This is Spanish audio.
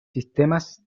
sistemas